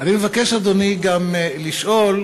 אני מבקש, אדוני, גם לשאול,